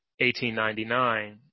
1899